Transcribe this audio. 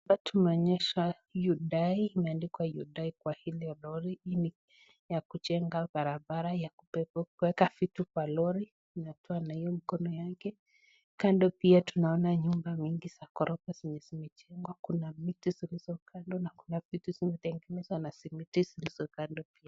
Hapa tunaonyeshwa HYUNDAI imeandikwa HYUNDAI kwa ile lori, hii ni ya kujenga barabara ya kueka vitu kwa lori na hiyo mkono yake. Kando pia tunaona nyumba mingi za ghorofa zimejengwa. Kuna miti zilizo kando na kunavitu zimetengenezwa na simiti zilizo kando pia.